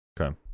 Okay